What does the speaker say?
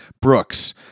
Brooks